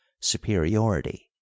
SUPERIORITY